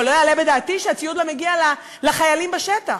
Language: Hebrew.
אבל לא יעלה בדעתי שהציוד לא מגיע לחיילים בשטח.